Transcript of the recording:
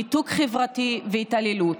ניתוק חברתי והתעללות.